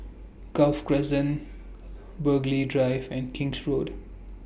Golf Crescent Burghley Drive and King's Road